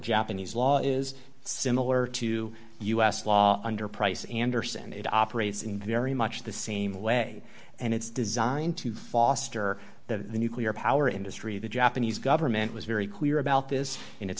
japanese law is similar to us law underprice andersen it operates in very much the same way and it's designed to foster that the nuclear power industry the japanese government was very clear about this in it